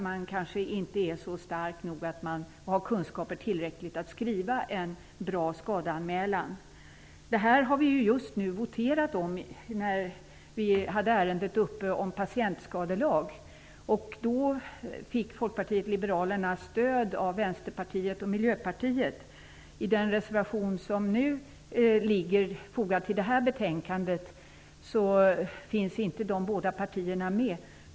Då kanske man inte är stark nog eller har tillräckliga kunskaper att skriva en bra skadeanmälan. Detta har vi just nu voterat om i samband med ärendet om en patientskadelag. Då fick Folkpartiet liberalerna stöd av Vänsterpartiet och Miljöpartiet. I den reservation som vi har fogat till detta betänkande finns dessa båda partier inte med.